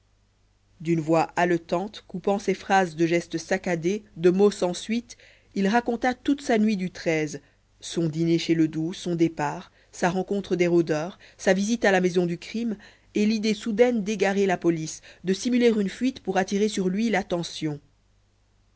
d'une voix haletante coupant ses phrases de gestes saccadés de mots sans suite il raconta toute sa nuit du son dîner chez ledoux son départ la rencontre des rôdeurs sa visite à la maison du crime et l'idée soudaine d'égarer la police de simuler une fuite pour attirer sur lui l'attention